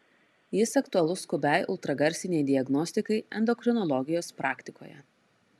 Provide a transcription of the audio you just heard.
jis aktualus skubiai ultragarsinei diagnostikai endokrinologijos praktikoje